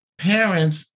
parents